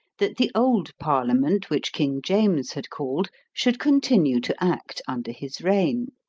that the old parliament which king james had called should continue to act under his reign.